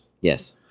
Yes